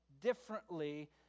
differently